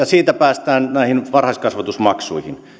siitä päästään näihin varhaiskasvatusmaksuihin